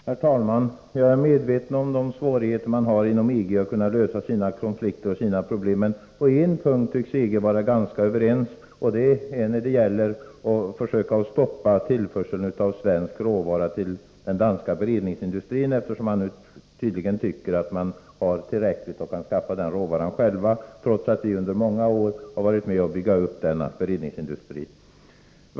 Herr talman! Jag är medveten om de svårigheter EG har när det gäller att lösa sina konflikter och sina problem. Men på en punkt tycks EG-länderna vara ganska överens, och det är när det gäller att försöka stoppa tillförseln av svensk råvara till den danska beredningsindustrin. Tydligen tycker man att man har tillräckligt med råvara och kan skaffa den råvaran själv — trots att vi under många år har varit med om att bygga upp denna beredningsindustri.